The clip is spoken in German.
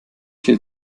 viele